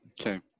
Okay